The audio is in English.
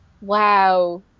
wow